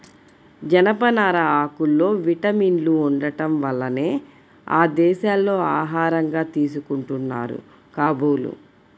జనపనార ఆకుల్లో విటమిన్లు ఉండటం వల్లనే ఆ దేశాల్లో ఆహారంగా తీసుకుంటున్నారు కాబోలు